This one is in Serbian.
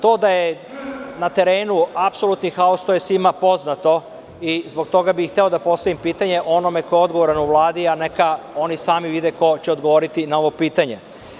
To da je na terenu apsolutni haos, to je svima poznato i zbog toga bih hteo da postavim pitanje onome ko je odgovoran u Vladi, a neka oni sami vide ko će odgovoriti na ovo pitanje.